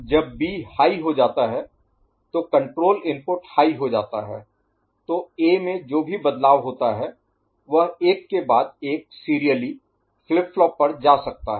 जब B high हो जाता है तो कंट्रोल इनपुट हाई हो जाता है तो ए में जो भी बदलाव होता है वह एक के बाद एक सीरियली फ्लिप फ्लॉप पर जा सकता है